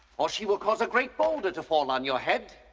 or she will cause a great boulder to fall on your head.